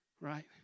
Right